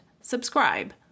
Subscribe